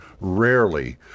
Rarely